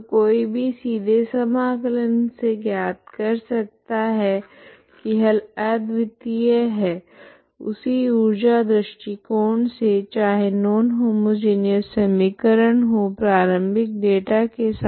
तो कोई भी सीधे समाकलन से ज्ञात कर सकता है की हल अद्वितीय है उसी ऊर्जा दृष्टिकोण से चाहे नॉन होमोजिनिऔस समीकरण हो प्रारम्भिक डेटा के साथ